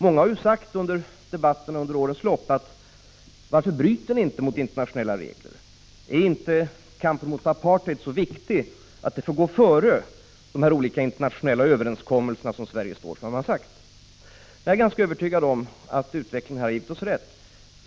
Många har i debatter under årens lopp undrat varför vi inte bryter mot internationella regler. Är inte kampen mot apartheid så viktig att den får gå före de olika internationella överenskommelser som Sverige står för, har man sagt. Jag är ganska övertygad om att utvecklingen har gett oss rätt.